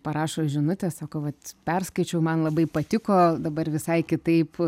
parašo žinutę sako vat perskaičiau man labai patiko dabar visai kitaip